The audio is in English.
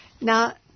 Now